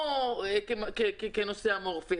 לא כנושא אמורפי,